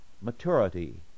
maturity